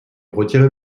retirez